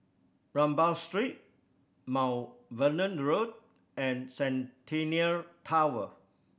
Rambau Street Mount Vernon Road and Centennial Tower